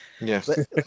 Yes